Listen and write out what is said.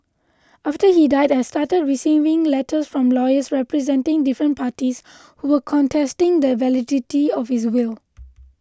after he died I started receiving letters from lawyers representing different parties who were contesting the validity of his will